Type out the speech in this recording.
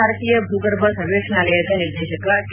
ಭಾರತೀಯ ಭೂಗರ್ಭ ಸರ್ವೇಕ್ಷಣಾಲಯದ ನಿರ್ದೇಶಕ ಕೆ